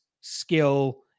skill